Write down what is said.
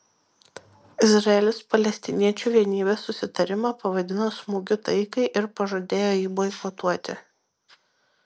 izraelis palestiniečių vienybės susitarimą pavadino smūgiu taikai ir pažadėjo jį boikotuoti